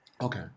Okay